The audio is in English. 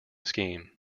scheme